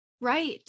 Right